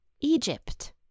Egypt